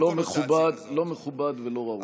לא מכובד ולא ראוי.